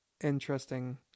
interesting